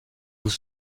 vous